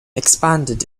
expanded